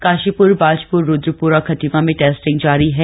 काशीपुर बाजपुर रूद्रपुर और खटीमा में टेस्टिंग जारी है